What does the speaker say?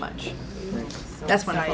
much that's what i